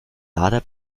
lader